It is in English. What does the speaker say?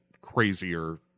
crazier